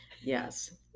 Yes